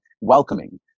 welcoming